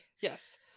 Yes